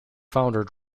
founder